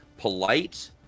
polite